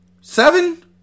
Seven